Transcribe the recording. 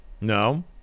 no